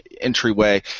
entryway